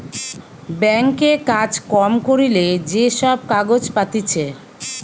bank এ কাজ কম করিলে যে সব কাগজ পাতিছে